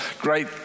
great